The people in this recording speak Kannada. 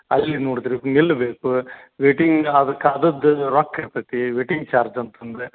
ಅಲ್ಲಿ ನೋಡಿದ್ರ ನಿಲ್ಬೇಕು ವೈಟಿಂಗ್ ಆದ ಕಾದಾದ ರೊಕ್ಕ ಇರ್ತೈತಿ ವೈಟಿಂಗ್ ಚಾರ್ಜ್ ಅಂತಂದು